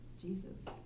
Jesus